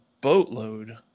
boatload